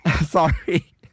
sorry